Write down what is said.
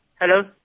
Hello